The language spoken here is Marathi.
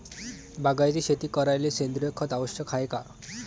बागायती शेती करायले सेंद्रिय खत आवश्यक हाये का?